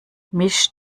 misch